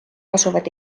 asuvad